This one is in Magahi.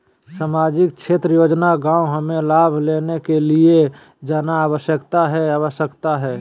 सामाजिक क्षेत्र योजना गांव हमें लाभ लेने के लिए जाना आवश्यकता है आवश्यकता है?